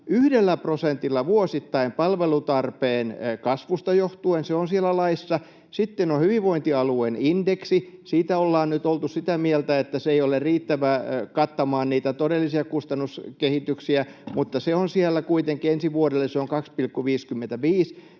yhdellä prosentilla vuosittain palvelutarpeen kasvusta johtuen, se on siellä laissa. Sitten on hyvinvointialueen indeksi. Siitä ollaan nyt oltu sitä mieltä, että se ei ole riittävä kattamaan niitä todellisia kustannuskehityksiä, mutta se on siellä kuitenkin ensi vuodelle: se on 2,55.